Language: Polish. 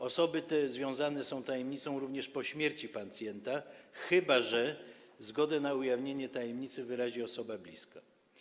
Osoby te związane są tajemnicą również po śmierci pacjenta, chyba że zgodę na ujawnienie tajemnicy wyrazi osoba bliska.